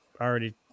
already